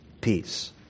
peace